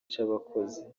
cy’abakozi